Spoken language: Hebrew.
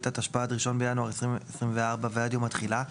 התשפ"ד (1 בינואר 2024) ועד יום התחילה,